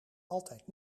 altijd